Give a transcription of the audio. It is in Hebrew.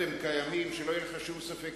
אתם קיימים, שלא יהיה לך שום ספק.